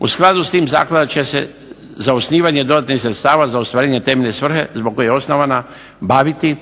U skladu s tim zaklada će se za osnivanje dodatnih sredstava za ostvarenje temeljne svrhe za koju je osnovana baviti